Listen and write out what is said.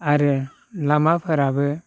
आरो लामाफोराबो